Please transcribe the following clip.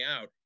out